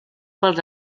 pels